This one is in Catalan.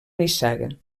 nissaga